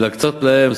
היא להקצות להם,